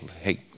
hey